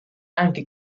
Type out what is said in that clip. anche